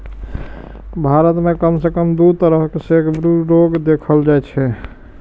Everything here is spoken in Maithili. भारत मे कम सं कम दू तरहक सैकब्रूड रोग देखल जाइ छै